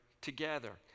together